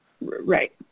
Right